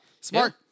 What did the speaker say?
Smart